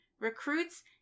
recruits